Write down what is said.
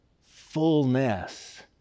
fullness